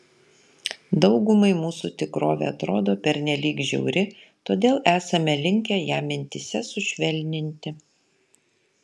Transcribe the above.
daugumai mūsų tikrovė atrodo pernelyg žiauri todėl esame linkę ją mintyse sušvelninti